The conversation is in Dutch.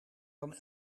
dan